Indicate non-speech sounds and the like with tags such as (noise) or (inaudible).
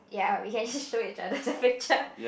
ya you can just show each other the picture (laughs)